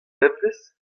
bemdez